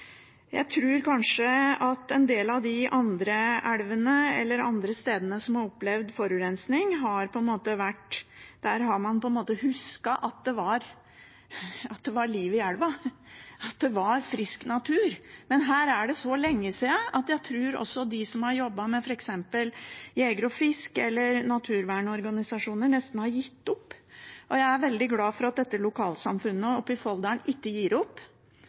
Jeg tror kanskje at for en del av de andre elvene, eller de andre stedene som har opplevd forurensning, har man på en måte husket at det var liv i elva, at det var frisk natur. Men her er det så lenge siden at jeg tror også de som har jobbet med f.eks. jeger- og fiskerorganisasjoner eller naturvernorganisasjoner, nesten har gitt opp. Jeg er veldig glad for at lokalsamfunnet oppe i Folldalen ikke gir opp,